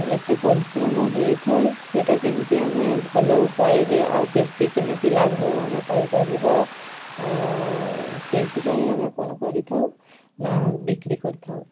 ଏତେ ପରିଶ୍ରମ ହୋଇଥାଏ ସେଇଟା କେମିତି ଆମେ ଭଲ ଉପାୟରେ ଆଉ ବେଶୀ କେମିତି ଲାଭ ଆମେ ପାଇପାରିବା ସେଥିପାଇଁ ଆମେ କ'ଣ କରିଥାଉ ନା ବିକ୍ରି କରିଥାଉ